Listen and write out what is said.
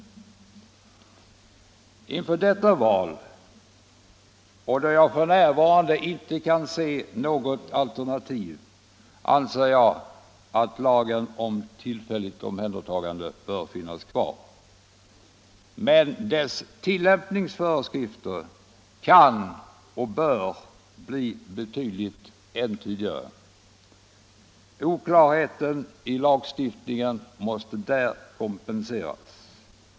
Inför detta val — och då jag f. n. inte kan se något alternativ — anser jag att lagen om tillfälligt omhändertagande bör finnas kvar. Men dess tillämpningsföreskrifter kan och bör bli betydligt entydigare. Oklarheten i lagstiftningen måste där kompenseras.